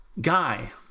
guy